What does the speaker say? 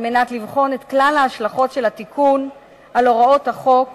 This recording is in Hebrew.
על מנת לבחון את כלל ההשלכות של התיקון על הוראות החוק